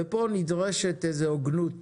פה נדרשת הוגנות